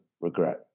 regret